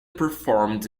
performed